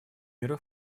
мира